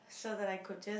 so that I could just